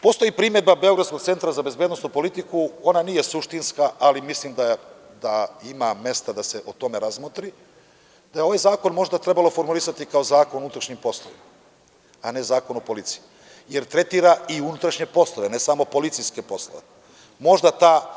Postoji primedba beogradskog Centra za bezbednosnu politiku, ona nije suštinska, ali mislim da ima mesta da se o tome razmotri, jer bi ovaj zakon možda trebalo formulisati kao zakon unutrašnjih poslova, a ne Zakon o policiji, jer tretira i unutrašnje poslove, a ne Zakon o policiji, jer tretira i unutrašnje poslove, ne samo policijske poslove.